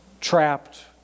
Trapped